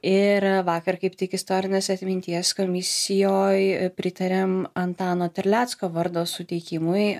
ir vakar kaip tik istorinės atminties komisijoj pritarėm antano terlecko vardo suteikimui